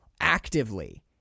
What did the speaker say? actively